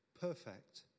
perfect